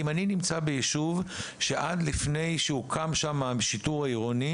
אם אני נמצא ביישוב שעד לפני שהוקם שם השיטור העירוני